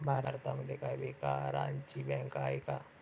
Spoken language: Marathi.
भारतामध्ये काय बेकारांची बँक आहे का?